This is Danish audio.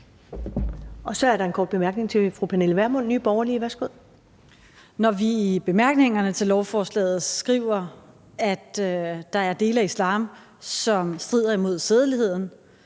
Når vi i bemærkningerne til beslutningsforslaget skriver, at der er dele af islam, som strider imod sædeligheden,